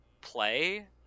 play